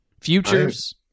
Futures